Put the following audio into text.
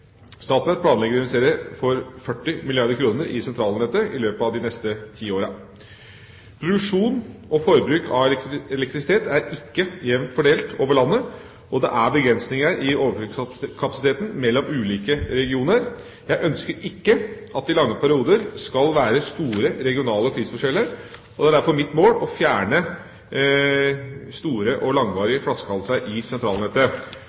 Statnett planlegger å investere for 40 milliarder kr i sentralnettet i løpet av de neste ti årene. Produksjon og forbruk av elektrisitet er ikke jevnt fordelt over landet, og det er begrensninger i overføringskapasiteten mellom ulike regioner. Jeg ønsker ikke at det i lange perioder skal være store regionale prisforskjeller, og det er derfor mitt mål å fjerne store og langvarige flaskehalser i sentralnettet.